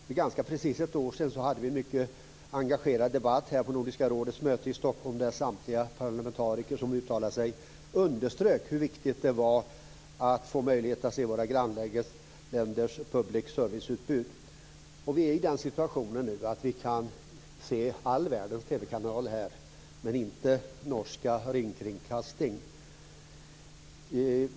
För ganska precis ett år sedan hade vi en mycket engagerad debatt här på Nordiska rådets möte i Stockholm där samtliga parlamentariker som uttalade sig underströk hur viktigt det var att få möjlighet att se våra grannländers public service-utbud. Nu är vi i den situationen att vi kan se all världens TV-kanaler, men inte Norsk Rikskringkasting.